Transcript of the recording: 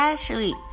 Ashley